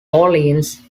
orleans